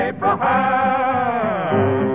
Abraham